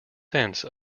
sense